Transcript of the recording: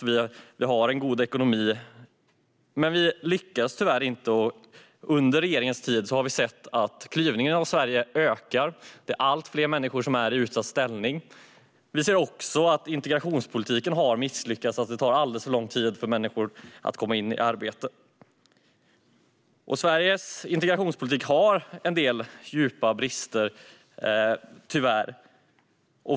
Ekonomin är god, men vi lyckas tyvärr inte. Under regeringens tid har vi sett att klyvningen av Sverige blivit större. Allt fler människor befinner sig i utsatt ställning. Vi ser också att integrationspolitiken har misslyckats. Det tar alldeles för lång tid för människor att komma i arbete. Sveriges integrationspolitik har tyvärr en del djupa brister.